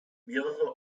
mehrere